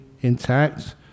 intact